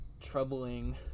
troubling